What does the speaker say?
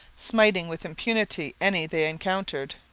smiting with impunity any they encountered.